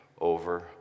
over